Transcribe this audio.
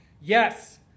Yes